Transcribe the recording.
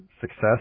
success